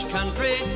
Country